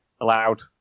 allowed